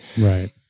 right